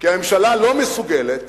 כי הממשלה לא מסוגלת